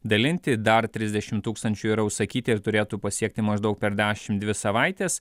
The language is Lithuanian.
dalinti dar trisdešim tūkstančių yra užsakyti ir turėtų pasiekti maždaug per dešim dvi savaites